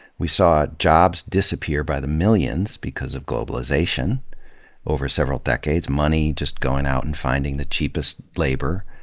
we saw jobs disappear by the millions because of globalization over several decades, money just going out and finding the cheapest labor.